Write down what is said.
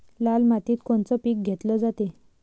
लाल मातीत कोनचं पीक घेतलं जाते?